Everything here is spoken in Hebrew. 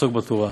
ועסוק בתורה.